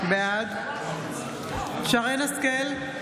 בעד שרן מרים השכל,